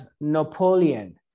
Napoleon